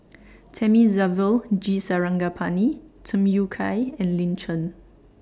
Thamizhavel G Sarangapani Tham Yui Kai and Lin Chen